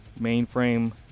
mainframe